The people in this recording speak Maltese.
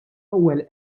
ewwel